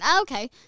Okay